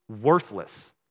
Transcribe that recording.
Worthless